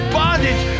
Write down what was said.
bondage